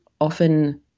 often